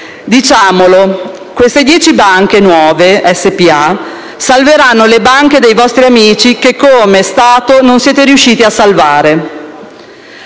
Diciamolo: queste dieci nuove banche SpA salveranno le banche dei vostri amici, che come Stato non siete riusciti a salvare,